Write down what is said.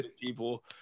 people